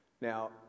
Now